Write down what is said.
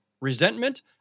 resentment